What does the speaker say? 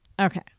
Okay